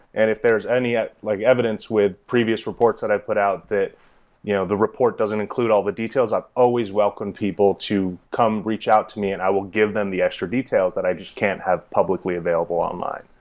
and if there's any ah like evidence with previous reports that i've put out that you know the report doesn't include all the details, i always welcome people to come reach out to me and i will give them the extra details that i just can't have publicly available online.